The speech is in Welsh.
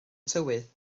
tywydd